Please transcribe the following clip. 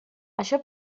això